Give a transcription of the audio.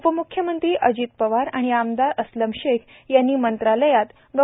उपम्ख्यमंत्री अजित पवार आणि आमदार अस्लम शेख यांनी मंत्रालयात डॉ